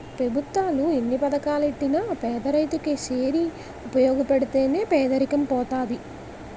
పెభుత్వాలు ఎన్ని పథకాలెట్టినా పేదరైతు కి సేరి ఉపయోగపడితే నే పేదరికం పోతది